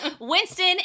Winston